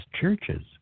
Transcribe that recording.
churches